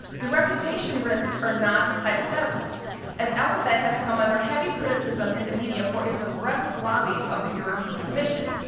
the reputation risks are not hypothetical as alphabet has come under heavy criticism in the media for its aggressive lobbying of the european commission.